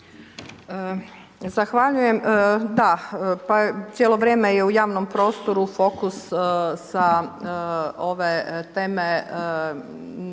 Zahvaljujem. Da, pa cijelo vrijeme je u javnom prostoru fokus sa ove teme